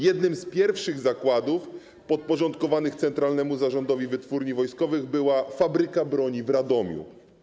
Jednym z pierwszych zakładów podporządkowanych Centralnemu Zarządowi Wytwórni Wojskowych była fabryka broni w Radomiu.